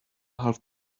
half